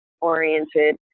oriented